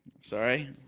Sorry